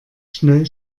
schnell